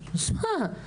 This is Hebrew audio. אז מה?